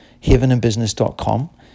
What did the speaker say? heavenandbusiness.com